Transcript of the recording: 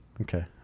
okay